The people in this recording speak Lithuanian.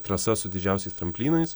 trasa su didžiausiais tramplynais